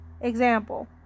Example